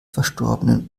verstorbenen